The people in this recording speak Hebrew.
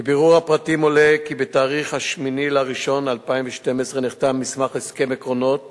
מבירור הפרטים עולה כי בתאריך 8 בינואר 2012 נחתם מסמך הסכם עקרונות